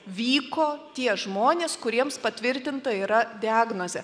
vyko tie žmonės kuriems patvirtinta yra diagnozė